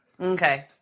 Okay